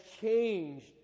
changed